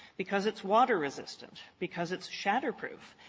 because it's water-resistant, because it's shatterproof.